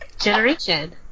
generation